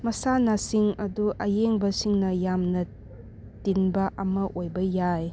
ꯃꯁꯥꯟꯅꯁꯤꯡ ꯑꯗꯨ ꯑꯌꯦꯡꯕꯁꯤꯡꯅ ꯌꯥꯝꯅ ꯇꯤꯟꯕ ꯑꯃ ꯑꯣꯏꯕ ꯌꯥꯏ